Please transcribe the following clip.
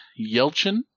Yelchin